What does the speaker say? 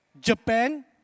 Japan